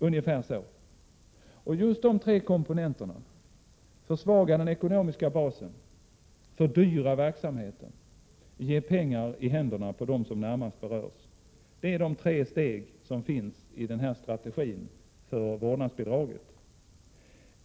Ungefär så såg strategin ut. Just de tre komponenterna — försvaga den ekonomiska basen, fördyra verksamheten och ge pengar i händerna på dem som närmast berörs — är tre steg som återfinns i förslaget om vårdnadsbidrag.